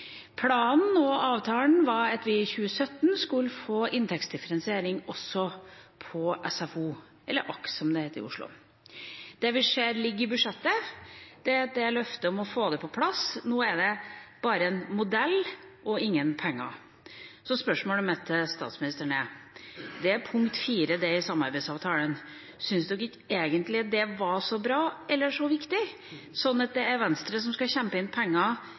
Planen og avtalen var at vi i 2017 skulle få inntektsdifferensiering også på SFO – eller AKS, som det heter i Oslo. Det vi ser ligger i budsjettet, er et løfte om å få det på plass. Nå er det bare en modell og ingen penger. Spørsmålet mitt til statsministeren er: Dette er punkt 4 d i samarbeidsavtalen. Syns statsministeren egentlig ikke det er så bra eller viktig, sånn at det er Venstre som skal kjempe inn penger